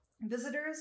Visitors